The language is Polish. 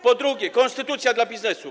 Po drugie, „Konstytucja dla biznesu”